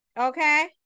Okay